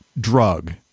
drug